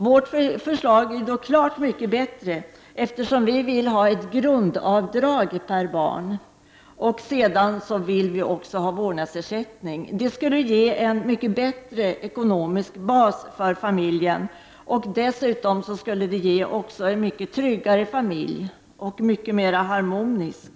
Vårt förslag är mycket bättre, eftersom vi vill ha ett grundavdrag per barn. Vi vill också ha vårdnadsersättning. Det skulle ge en mycket bättre ekonomisk bas för familjen. Det skulle också göra familjen tryggare och mycket mera harmonisk.